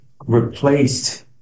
replaced